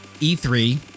E3